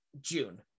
June